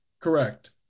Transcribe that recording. Correct